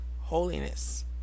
Holiness